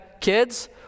kids